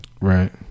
Right